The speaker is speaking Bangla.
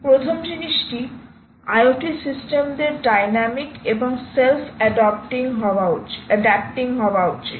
প্রথম জিনিসটি আইওটি সিস্টেমদের ডাইনামিক এবং সেলফ এডাপটিং হওয়া উচিত